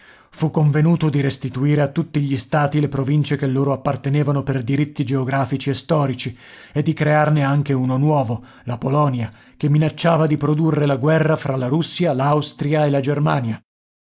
fu convenuto di restituire a tutti gli stati le province che loro appartenevano per diritti geografici e storici e di crearne anche uno nuovo la polonia che minacciava di produrre la guerra fra la russia l'austria e la germania